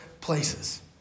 places